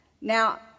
Now